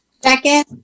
Second